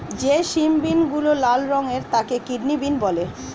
যে সিম বিনগুলো লাল রঙের তাকে কিডনি বিন বলে